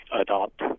adopt